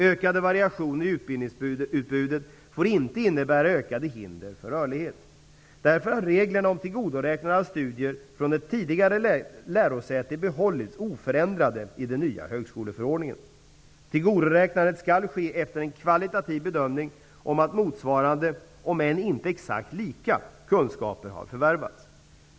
Ökade variationer i utbildningsutbudet får inte innebära ökade hinder för rörlighet. Därför har reglerna om tillgodoräknande av studier från ett tidigare lärosäte behållits oförändrade i den nya högskoleförordningen. Tillgodoräknandet skall ske efter en kvalitativ bedömning om att motsvarande, om än inte exakt lika, kunskaper har förvärvats.